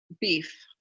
beef